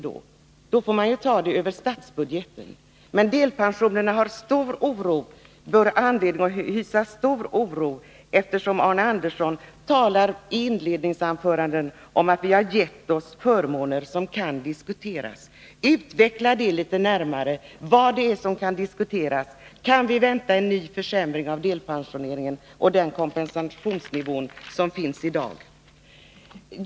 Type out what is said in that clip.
Då får finansieringen ske över statsbudgeten. Men delpensionärerna har anledning att hysa stor oro, eftersom'Arne Andersson i Gustafs i sitt inledningsanförande talade om att vi har givit oss förmåner som kan diskuteras. Utveckla litet närmare vad som kan diskuteras. Kan vi vänta en ny försämring av delpensioneringen och den kompensationsnivå som finns i dag?